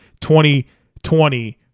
2020